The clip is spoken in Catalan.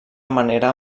manera